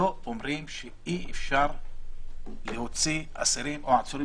לא אומרים שאי-אפשר להוציא אסירים או עצורים